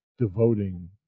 devoting